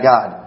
God